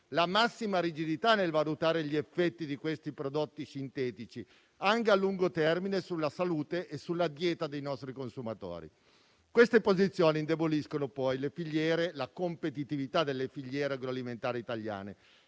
la massima rigidità nel valutare gli effetti di questi prodotti sintetici anche a lungo termine sulla salute e sulla dieta dei nostri consumatori. Queste posizioni indeboliscono poi le filiere e la competitività delle filiere agroalimentari italiane,